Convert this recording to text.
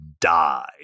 die